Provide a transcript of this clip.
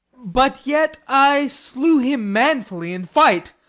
but yet i slew him manfully in fight,